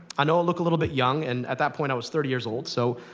i know i look a little bit young. and, at that point, i was thirty years old. so